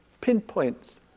pinpoints